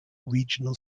regional